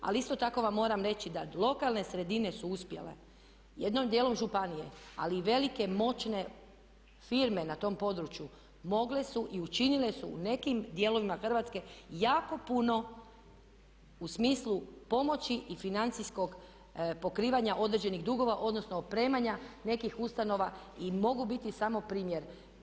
Ali isto tako vam moram reći da lokalne sredine su uspjele, jednim dijelom županije, ali i velike moćne firme na tom području mogle su i učinile su u nekim dijelovima Hrvatske jako puno u smislu pomoći i financijskog pokrivanja određenih dugova, odnosno opremanja nekih ustanova i mogu biti samo primjer.